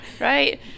right